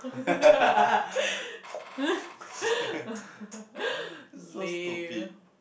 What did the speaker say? lame